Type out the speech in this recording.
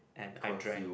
and I drank